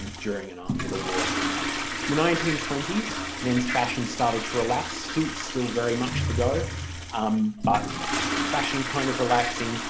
during and after the war. in the nineteen twenty s men's fashion started to relax, suits still very much the go um but fashion kind of relaxing,